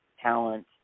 talent